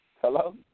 Hello